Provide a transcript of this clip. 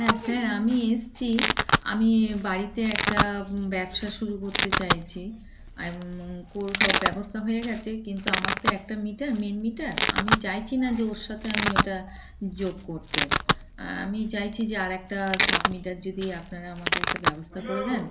হ্যাঁ স্যার আমি এসেছি আমি বাড়িতে একটা ব্যবসা শুরু করতে চাইছি ক সব ব্যবস্থা হয়ে গেছে কিন্তু আমার তো একটা মিটার মেন মিটার আমি চাইছি না যে ওর সাথে আমি ওটা যোগ করতে আমি চাইছি যে আর একটা সাব মিটার যদি আপনারা আমাকে একটা ব্যবস্থা করে দেন